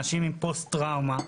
אנשים עם פוסט טראומה,